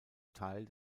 teil